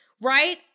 right